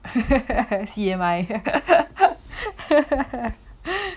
C_M_I